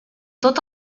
tot